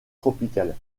tropicale